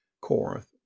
corinth